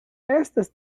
estas